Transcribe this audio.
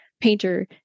painter